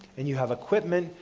and you have equipment,